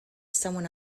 someone